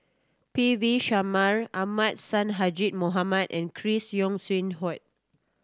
P V Sharma Ahmad Sonhadji Mohamad and Chris Yeo Siew Hua